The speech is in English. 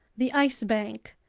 the ice bank,